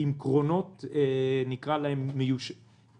עם קרונות לא מתקדמים מאוד.